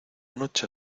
noche